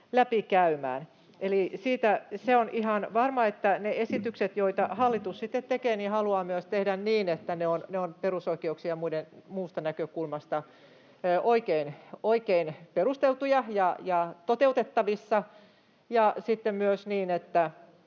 läpikäymään. Eli se on ihan varma, että ne esitykset, joita hallitus sitten tekee, se haluaa myös tehdä niin, että ne ovat perusoikeuksien ja muusta näkökulmasta oikein perusteltuja ja toteutettavissa, ja sitten myös niin, että